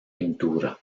pintura